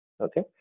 okay